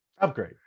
upgrade